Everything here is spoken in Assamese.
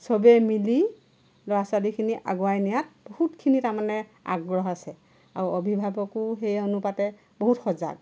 সবেই মিলি ল'ৰা ছোৱালীখিনিক আগুৱাই নিয়াত বহুতখিনি তাৰমানে আগ্ৰহ আছে আৰু অভিভাৱকেও সেই অনুপাতে বহুত সজাগ